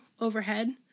overhead